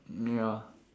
ya